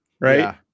right